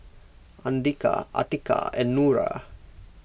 andika Atiqah and Nura